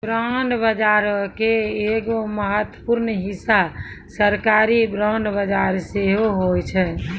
bond बजारो के एगो महत्वपूर्ण हिस्सा सरकारी बांड बजार सेहो होय छै